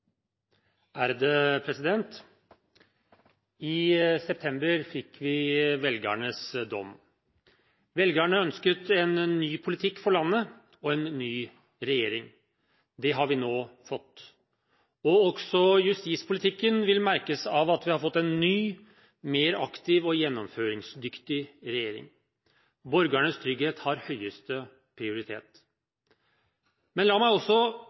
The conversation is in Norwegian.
tryggare Noreg. I september fikk vi velgernes dom. Velgerne ønsket en ny politikk for landet og en ny regjering. Det har vi nå fått. Også justispolitikken vil merkes av at vi har fått en ny, mer aktiv og gjennomføringsdyktig regjering. Borgernes trygghet har høyeste prioritet. Men la meg også